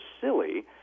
silly